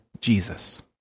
Jesus